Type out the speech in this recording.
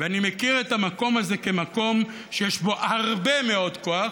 ואני מכיר את המקום הזה כמקום שיש בו הרבה מאוד כוח